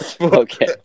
okay